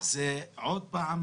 כללים